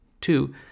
Two